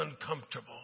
uncomfortable